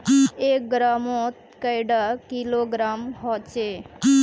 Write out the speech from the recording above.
एक ग्राम मौत कैडा किलोग्राम होचे?